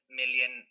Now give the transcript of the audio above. million